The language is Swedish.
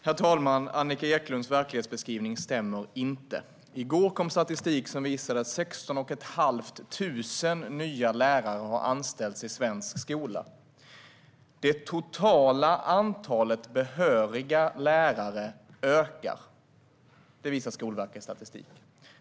Herr talman! Annika Eclunds verklighetsbeskrivning stämmer inte. I går kom statistik som visar att 16 500 nya lärare har anställts i svensk skola. Det totala antalet behöriga lärare ökar; det visar Skolverkets statistik.